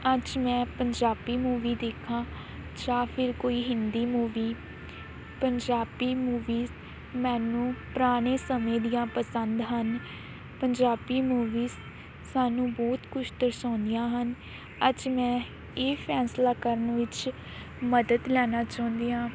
ਅੱਜ ਮੈਂ ਪੰਜਾਬੀ ਮੂਵੀ ਦੇਖਾਂ ਜਾਂ ਫਿਰ ਕੋਈ ਹਿੰਦੀ ਮੂਵੀ ਪੰਜਾਬੀ ਮੂਵੀ ਮੈਨੂੰ ਪੁਰਾਣੇ ਸਮੇਂ ਦੀਆਂ ਪਸੰਦ ਹਨ ਪੰਜਾਬੀ ਮੂਵੀ ਸਾਨੂੰ ਬਹੁਤ ਕੁਝ ਦਰਸਾਉਂਦੀਆਂ ਹਨ ਅੱਜ ਮੈਂ ਇਹ ਫੈਸਲਾ ਕਰਨ ਵਿੱਚ ਮਦਦ ਲੈਣਾ ਚਾਹੁੰਦੀ ਹਾਂ